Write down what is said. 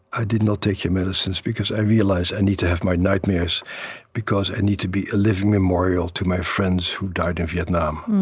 i did not take your medicines because i realized i need to have my nightmares because i need to be a living memorial to my friends who died in vietnam.